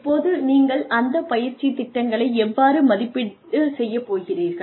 இப்போது நீங்கள் அந்த பயிற்சி திட்டங்களை எவ்வாறு மதிப்பீடு செய்ய போகிறீர்கள்